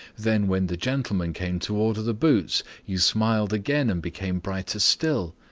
then when the gentleman came to order the boots, you smiled again and became brighter still?